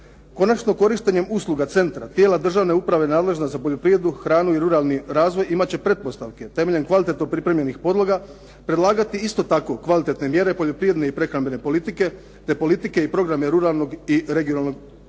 Konačno, korištenjem usluga centra, tijela državne uprave nadležne za poljoprivredu, hranu i ruralni razvoj imati će pretpostavke temeljem kvalitetno pripremljenih podloga, predlagati isto tako kvalitetne mjere poljoprivredne i prehrambene politike te politike i programe ruralnog i regionalnog razvitka.